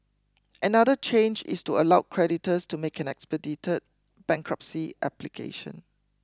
another change is to allow creditors to make an expedited bankruptcy application